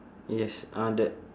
yes uh that